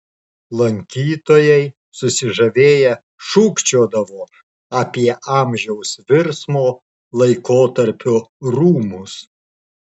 lankytojai susižavėję šūkčiodavo apie amžiaus virsmo laikotarpio rūmus